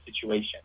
situation